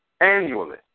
annually